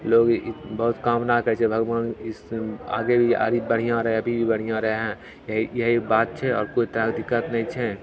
लोग ई बहुत कामना करय छै भगवान इस आगे भी आदमी बढ़िआँ रहए अभी भी बढ़िआँ रएह यही यही बात छै आओर कोइ तरहके दिक्कत नहि छै